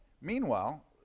Meanwhile